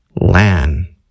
land